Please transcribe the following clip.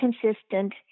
consistent